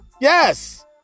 Yes